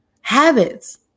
habits